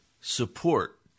support